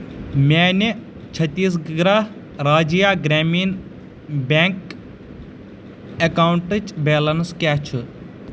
میانہِ Chhattisgarh Rajya Gramin Bank اکاونٹٕچ balance کیٛاہ چھِ